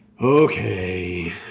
Okay